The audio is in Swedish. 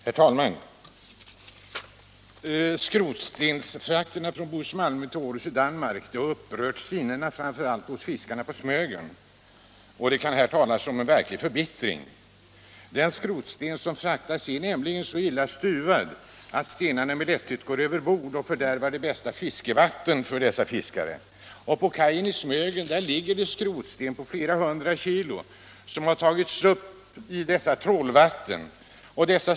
Herr talman! Jag tackar kommunikationsministern för svaret på min fråga. Skrotstensfrakterna från Bohus-Malmön till Århus i Danmark har upprört sinnena, framför allt hos fiskarna i Smögen. Det kan här talas om en verklig förbittring. Den skrotsten som fraktas är nämligen så illa stuvad att stenarna med lätthet går över bord och fördärvar de bästa fiskevattnen för dessa fiskare. På kajen i Smögen ligger skrotsten på flera hundra kilo som tagits upp i dessa trålvatten.